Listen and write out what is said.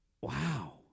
Wow